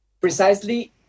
precisely